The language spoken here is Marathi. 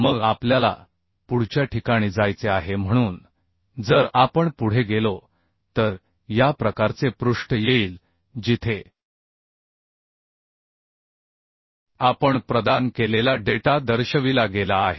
मग आपल्याला पुढच्या ठिकाणी जायचे आहे म्हणून जर आपण पुढे गेलो तर या प्रकारचे पृष्ठ येईल जिथे आपण प्रदान केलेला डेटा दर्शविला गेला आहे